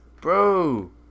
Bro